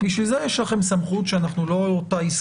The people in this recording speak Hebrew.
בשביל זה יש לכם סמכות שאנחנו לא הזכרנו,